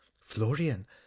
Florian